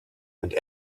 and